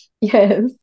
Yes